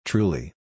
Truly